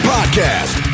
Podcast